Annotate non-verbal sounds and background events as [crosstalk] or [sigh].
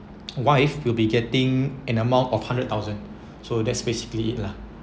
[noise] wife will be getting an amount of hundred thousand [breath] so that's basically it lah